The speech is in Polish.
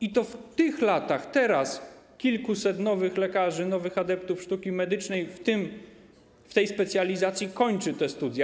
I to w tych latach, teraz, kilkuset nowych lekarzy, nowych adeptów sztuki medycznej w tej specjalizacji kończy te studia.